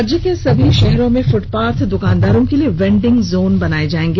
राज्य के सभी शहरों में फुटपाथ दुकानदारों के लिए वेंडिंग जोन बनाया जाएगा